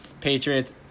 Patriots